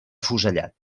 afusellat